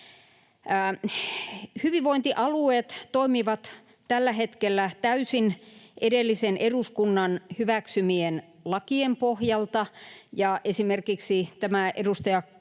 Hyvinvointialueet toimivat tällä hetkellä täysin edellisen eduskunnan hyväksymien lakien pohjalta. Esimerkiksi tämä edustaja